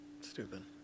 Stupid